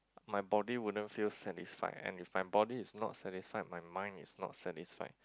my body wouldn't feel satisfied and if my body is not satisfied my mind is not satisfied